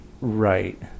Right